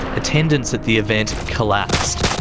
attendance at the event collapsed.